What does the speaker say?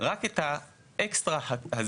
נגביל רק את האקסטרה הזה